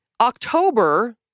October